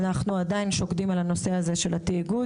ואנחנו עדיין שוקדים על נושא התאגוד.